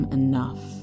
enough